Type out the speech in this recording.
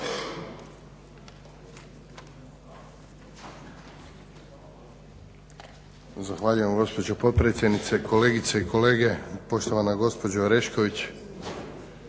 Zahvaljujem gospođo potpredsjednice. Kolegice i kolege, poštovana gospodo Orešković.